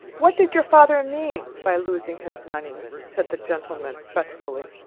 what did your father mean by losing his money? said the gentleman, fretfully.